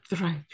right